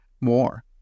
more